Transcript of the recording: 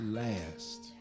last